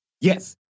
Yes